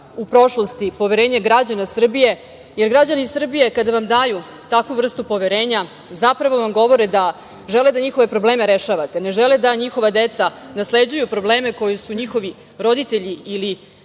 u prošlosti, poverenje građana Srbije, jer građani Srbije kada vam daju takvu vrstu poverenje zapravo vam govore da žele da njihove probleme rešavate, ne žele da njihova deca nasleđuju probleme koje su njihovi roditelji i